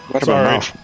Sorry